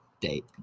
date